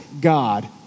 God